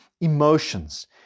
emotions